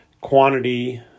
quantity